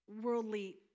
worldly